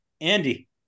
Andy